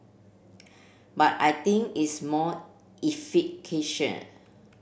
but I think it's more